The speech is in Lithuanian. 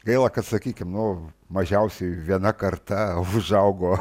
gaila kad sakykim nu mažiausiai viena karta užaugo